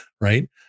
Right